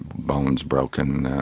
bones broken,